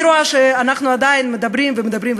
אני רואה שאנחנו עדיין מדברים ומדברים,